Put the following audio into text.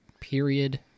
period